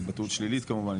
התבטאות שלילית כמובן,